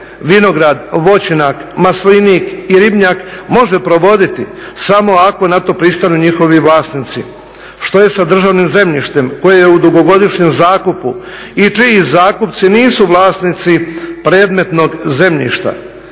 vinograd, voćnjak, maslinik i ribnjak može provoditi samo ako na to pristanu njihovi vlasnici. Što je sa državnim zemljištem koje je u dugogodišnjom zakupu i čiji zakupci nisu vlasnici predmetnog zemljišta?